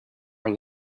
are